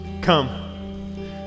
come